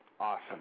Awesome